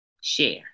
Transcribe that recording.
share